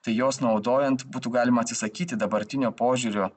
tai juos naudojant būtų galima atsisakyti dabartinio požiūrio